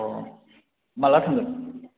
माब्ला थांगोन